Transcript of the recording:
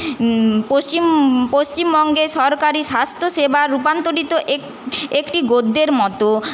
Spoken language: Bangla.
পশ্চিম পশ্চিমবঙ্গে সরকারি স্বাস্থ্যসেবা রূপান্তরিত এক একটি গদ্যের মতো